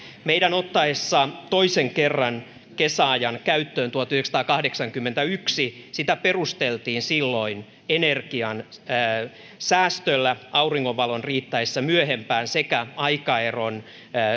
meidän ottaessamme toisen kerran kesäajan käyttöön tuhatyhdeksänsataakahdeksankymmentäyksi sitä perusteltiin silloin energiansäästöllä auringonvalon riittäessä myöhempään sekä aikaeron